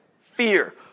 fear